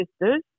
sisters